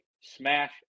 smash